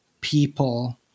people